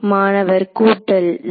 மாணவர் கூட்டல் 0